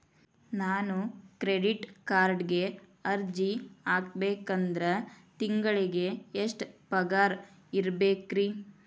ನಾನು ಕ್ರೆಡಿಟ್ ಕಾರ್ಡ್ಗೆ ಅರ್ಜಿ ಹಾಕ್ಬೇಕಂದ್ರ ತಿಂಗಳಿಗೆ ಎಷ್ಟ ಪಗಾರ್ ಇರ್ಬೆಕ್ರಿ?